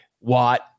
Watt